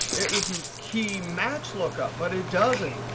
it would do key match lookup, but it doesn't.